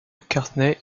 mccartney